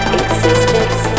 existence